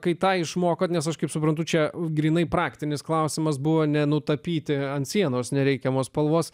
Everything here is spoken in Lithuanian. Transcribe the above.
kai tą išmokote nes aš kaip suprantu čia grynai praktinis klausimas buvo ne nutapyti ant sienos ne reikiamos spalvos